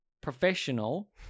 professional